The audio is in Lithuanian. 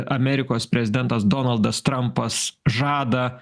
amerikos prezidentas donaldas trampas žada